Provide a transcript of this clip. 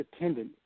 attendant